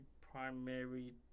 primary